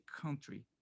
country